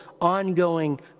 ongoing